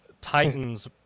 Titans